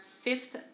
fifth